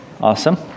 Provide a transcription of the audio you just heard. Awesome